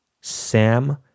Sam